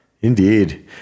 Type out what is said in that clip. indeed